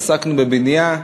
עסקנו בבנייה,